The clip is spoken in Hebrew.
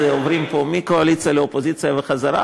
עוברים פה מקואליציה לאופוזיציה וחזרה,